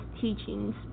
teachings